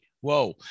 Whoa